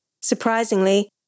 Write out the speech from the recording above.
Surprisingly